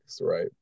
right